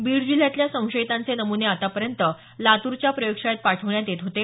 बीड जिल्ह्यातल्या संशयितांचे नम्ने आतापर्यंत लातूरच्या प्रयोगशाळेत पाठवण्यात येत होते